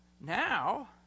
Now